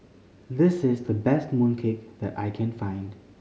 this is the best mooncake that I can find